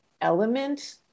element